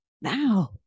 Now